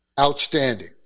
outstanding